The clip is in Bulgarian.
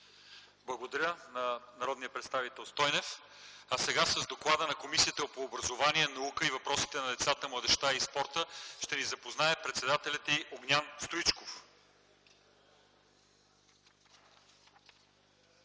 Благодаря на народния представител Стойнев. А сега с доклада на Комисията по образованието, науката и въпросите на децата, младежта и спорта ще ни запознае председателят й Огнян Стоичков.